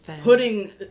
putting